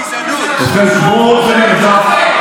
גזענות, ובכן,